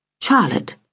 Charlotte